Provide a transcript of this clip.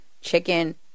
Chicken